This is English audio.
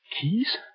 Keys